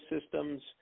systems